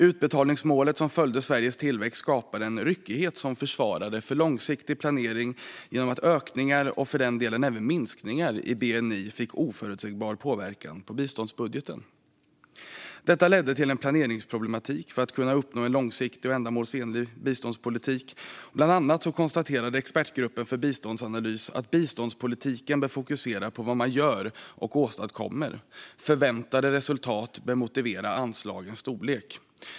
Utbetalningsmålet som följde Sveriges tillväxt skapade en ryckighet som försvårade för långsiktig planering genom att ökningar, och för den delen även minskningar, i bni fick oförutsägbar påverkan på biståndsbudgeten. Detta ledde till en planeringsproblematik för att kunna uppnå en långsiktig och ändamålsenlig biståndspolitik. Bland annat konstaterade Expertgruppen för biståndsanalys: Biståndspolitiken bör fokusera på vad man gör och åstadkommer. Förväntade resultat bör motivera anslagens storlek.